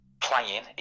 playing